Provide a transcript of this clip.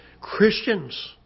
Christians